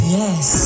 yes